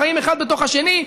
חיים אחד בתוך השני,